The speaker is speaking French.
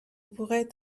pourrait